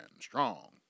strong